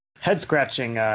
head-scratching